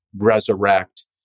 resurrect